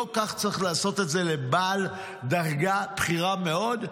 לא כך צריך לעשות את זה לבעל דרגה בכירה מאוד,